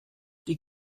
die